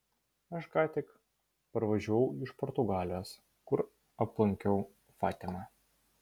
aš ką tik parvažiavau iš portugalijos kur aplankiau fatimą